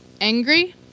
angry